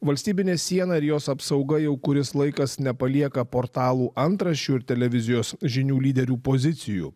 valstybinė siena ir jos apsauga jau kuris laikas nepalieka portalų antraščių ir televizijos žinių lyderių pozicijų